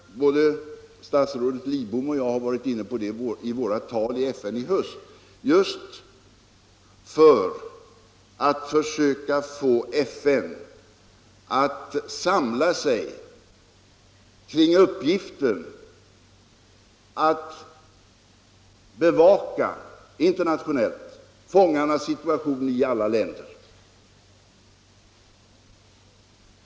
Både statsrådet Lidbom och jag har varit inne på detta i våra tal inför FN i höst, just för att försöka få FN att samla sig kring uppgiften att internationellt bevaka fångarnas situation i alla länder.